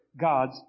God's